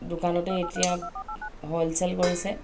দোকানতে এতিয়া হ'লচেল কৰিছে